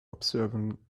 observing